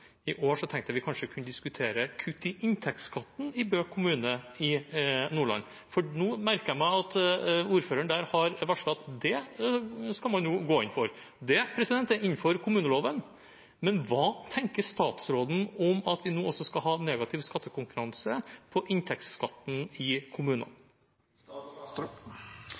i år tenkte jeg vi kanskje kunne diskutere kutt i inntektsskatten i Bø kommune i Nordland. Jeg merker meg at ordføreren der har varslet at det skal man nå gå inn for. Det er innenfor kommuneloven, men hva tenker statsråden om at vi nå også skal ha negativ skattekonkurranse på inntektsskatten i kommunene?